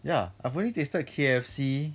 ya I've only tasted K_F_C